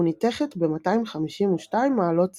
וניתכת ב-252 מעלות צלזיוס.